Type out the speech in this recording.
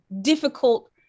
difficult